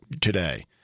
today